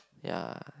ya